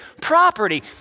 property